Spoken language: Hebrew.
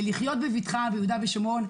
לחיות בבטחה ביהודה ושומרון.